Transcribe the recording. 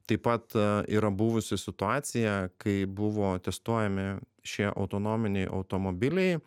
taip pat yra buvusi situacija kai buvo testuojami šie autonominiai automobiliai